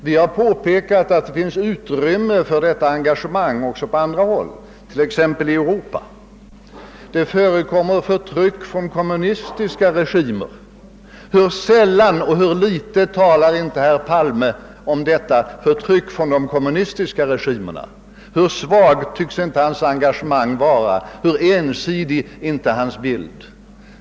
Vi har påpekat att det finns utrymme för engagemang också på andra håll, t.ex. i Europa, där det förekommer förtryck från kommunistiska regimer. Hur sällan och hur litet talar inte herr Palme om detta förtryck från de kommunistiska regimerna! Hur svagt tycks inte hans engagemang då vara och hur ensidig hans bild!